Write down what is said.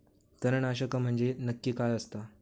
तणनाशक म्हंजे नक्की काय असता?